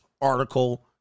article